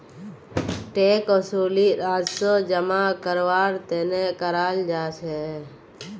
tax वसूली राजस्व जमा करवार तने कराल जा छे